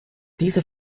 diese